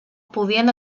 podien